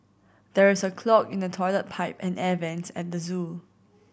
there is a clog in the toilet pipe and the air vents at the zoo